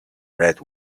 red